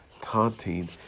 taunting